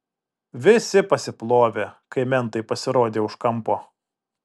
visi pasiplovė kai mentai pasirodė už kampo